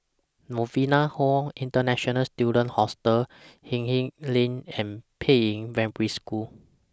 Novena Hall International Students Hostel Hindhede Lane and Peiying Primary School